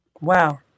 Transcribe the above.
Wow